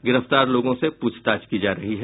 गिरफ्तार लोगों से पूछताछ की जा रही है